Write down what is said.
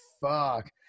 fuck